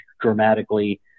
dramatically